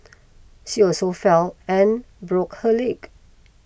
she also fell and broke her leg